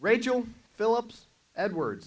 rachel philips edward